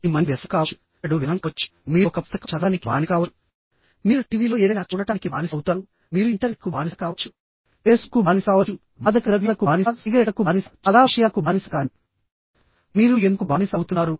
ఇది మంచి వ్యసనం కావచ్చు చెడు వ్యసనం కావచ్చు మీరు ఒక పుస్తకం చదవడానికి బానిస కావచ్చు మీరు టీవీలో ఏదైనా చూడటానికి బానిస అవుతారు మీరు ఇంటర్నెట్కు బానిస కావచ్చు ఫేస్బుక్ కు బానిస కావచ్చు మాదకద్రవ్యాలకు బానిస సిగరెట్లకు బానిస చాలా విషయాలకు బానిస కానీమీరు ఎందుకు బానిస అవుతున్నారు